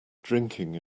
drinking